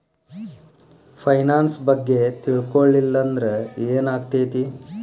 Finance ಬಗ್ಗೆ ತಿಳ್ಕೊಳಿಲ್ಲಂದ್ರ ಏನಾಗ್ತೆತಿ?